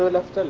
of